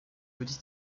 petite